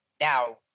Now